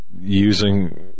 using